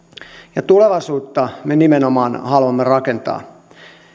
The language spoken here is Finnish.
ja tulevaisuutta me nimenomaan haluamme rakentaa